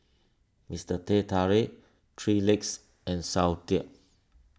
Mister Teh Tarik three Legs and Soundteoh